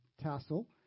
tassel